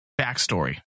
backstory